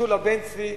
שולה בן-צבי,